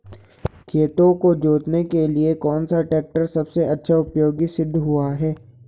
खेतों को जोतने के लिए कौन सा टैक्टर सबसे अच्छा उपयोगी सिद्ध हुआ है?